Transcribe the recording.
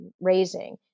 Raising